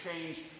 change